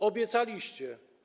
Obiecaliście.